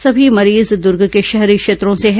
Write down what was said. सभी मरीज दुर्ग के शहरी क्षेत्रों से हैं